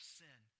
sin